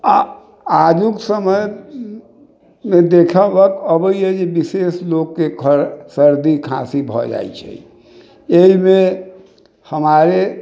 आओर आजुक समयमे जे देखबक अबैया जे विशेष लोगके खर सर्दी खाँसी भऽ जाइ छै अइमे हमारे